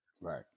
Right